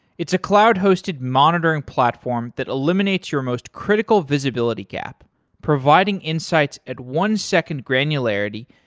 it's a cloud hosted monitoring platform that eliminates your most critical visibility gap, providing insights at one second granularity,